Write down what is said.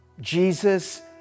Jesus